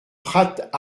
prat